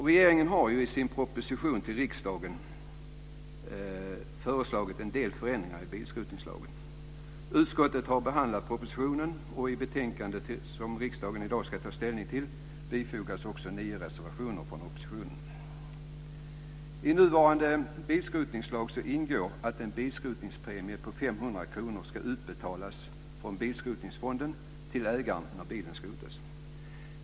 Regeringen har ju i sin proposition till riksdagen föreslagit en del förändringar i bilskrotningslagen. Utskottet har behandlat propositionen och i betänkandet som riksdagen i dag ska ta ställning till bifogas också nio reservationer från oppositionen. I nuvarande bilskrotningslag ingår att en bilskrotningspremie på 500 kr ska utbetalas från bilskrotningsfonden till ägaren när bilen skrotas.